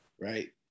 right